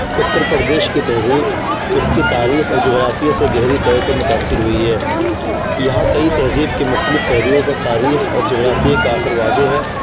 اتر پردیش کی تہذیب اس کی تاریخ اور جغرافیہ سے گہری طور پہ متأثر ہوئی ہے یہاں کئی تہذیب کے مختلف پہلوؤں پر تاریخ اور جغرافیہ کا اثر واضح ہے